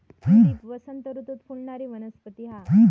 tulip वसंत ऋतूत फुलणारी वनस्पती हा